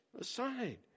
aside